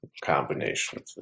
combination